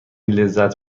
لذت